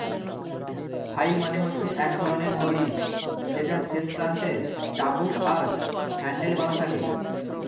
flail মানে হচ্ছে এক ধরণের দড়ি যেটার শেষ প্রান্তে চাবুক আর হ্যান্ডেল বাধা থাকে